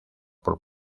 por